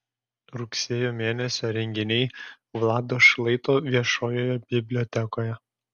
rugsėjo mėnesio renginiai vlado šlaito viešojoje bibliotekoje